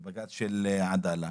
בג"ץ של עדאללה.